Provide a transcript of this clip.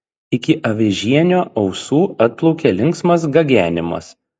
iki avižienio ausų atplaukė linksmas gagenimas